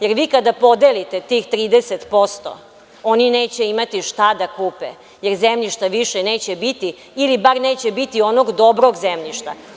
Jer, vi kada podelite tih 30%, oni neće imati šta da kupe, jer zemljišta više neće biti, ili bar neće biti onog dobro zemljišta.